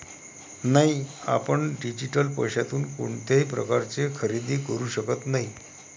नाही, आपण डिजिटल पैशातून कोणत्याही प्रकारचे खरेदी करू शकत नाही